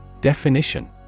Definition